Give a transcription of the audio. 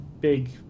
big